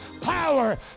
power